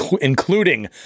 including